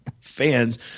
fans